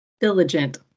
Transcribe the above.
diligent